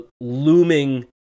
looming